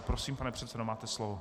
Prosím, pane předsedo, máte slovo.